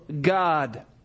God